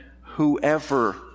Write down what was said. whoever